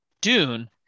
Dune